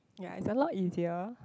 ya it's a lot easier